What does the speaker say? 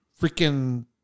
freaking